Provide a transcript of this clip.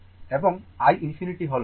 এবং i ∞ হল 104